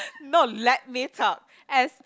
not let me talk as